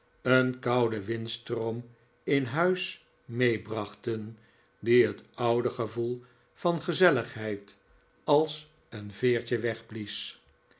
een kouden windstroom in huis meebrachten die het oude gevoel van gezelligheid als een veertje